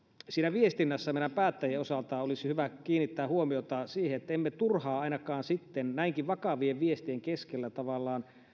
viestinnässä meidän päättäjien olisi hyvä kiinnittää huomiota siihen ettemme turhaan ainakaan näinkin vakavien viestien keskellä tavallaan